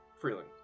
Freeling